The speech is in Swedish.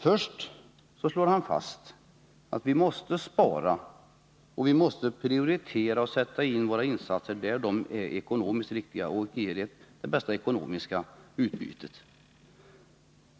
Först slår han fast att vi måste spara och att vi måste prioritera och sätta in våra insatser där de är ekonomiskt riktiga och ger det bästa ekonomiska utbytet.